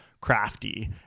crafty